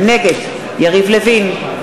נגד יריב לוין,